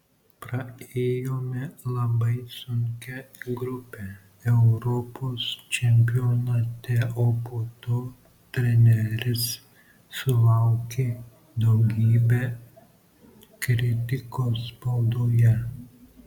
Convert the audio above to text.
praėjome labai sunkią grupę europos čempionate o po to treneris sulaukė daugybę kritikos spaudoje